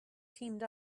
teamed